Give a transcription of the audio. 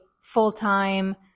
full-time